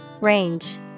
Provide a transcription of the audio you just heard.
Range